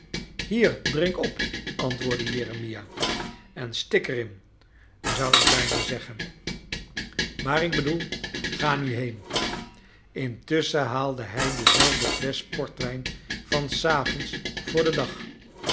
jiier drink op antwoordde jeremia en stik er in zou ik bijna zeggen maar ik bedoel ga nu heen intusschen haalde hij dezelfde flesch port wijn van s avonds voor den dag